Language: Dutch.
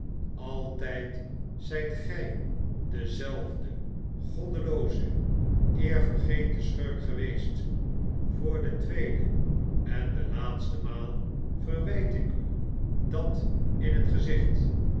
altijd zijt gij dezelfde goddelooze eervergeten schurk geweest voor de tweede en de laatste maal verwijt ik u dat in het gezicht